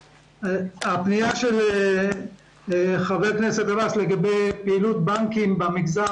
הפנייה של חבר הכנסת עבאס על פעילות בנקים במגזר